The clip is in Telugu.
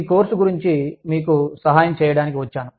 ఈ కోర్సు గురించి మీకు సహాయం చేయడానికి వచ్చాను